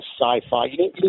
sci-fi